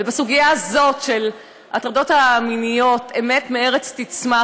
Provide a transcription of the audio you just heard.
בסוגיה הזאת, של ההטרדות המיניות, אמת מארץ תצמח.